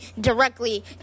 directly